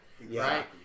right